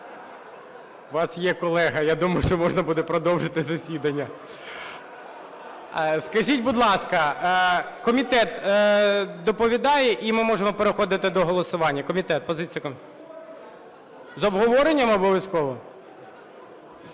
У вас є колега, я думаю, що можна буде продовжити засідання. Скажіть, будь ласка, комітет доповідає? І ми можемо переходити до голосування. Комітет, позиція… З обговоренням обов'язково?